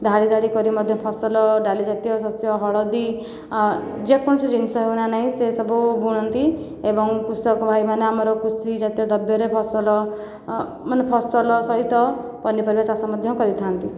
ଧାଡ଼ି ଧାଡ଼ି କରି ମଧ୍ୟ ଫସଲ ଡାଲି ଜାତୀୟ ଶସ୍ୟ ହଳଦୀ ଯେ କୌଣସି ଜିନିଷ ହେଉ ନା ନାଇଁ ସେସବୁ ବୁଣନ୍ତି ଏବଂ କୃଷକ ଭାଇମାନେ ଆମର କୃଷି ଜାତୀୟ ଦ୍ରବ୍ୟରେ ଫସଲ ମାନେ ଫସଲ ସହିତ ପନିପରିବା ଚାଷ ମଧ୍ୟ କରିଥାନ୍ତି